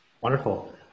Wonderful